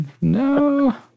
No